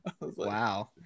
Wow